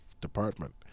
department